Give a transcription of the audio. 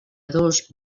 dos